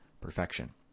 perfection